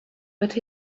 but